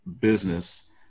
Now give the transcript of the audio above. business